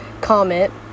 comment